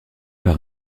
par